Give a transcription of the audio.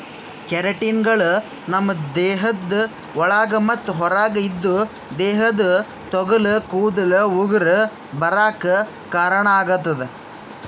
ಕೆರಾಟಿನ್ಗಳು ನಮ್ಮ್ ದೇಹದ ಒಳಗ ಮತ್ತ್ ಹೊರಗ ಇದ್ದು ದೇಹದ ತೊಗಲ ಕೂದಲ ಉಗುರ ಬರಾಕ್ ಕಾರಣಾಗತದ